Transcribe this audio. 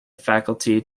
faculty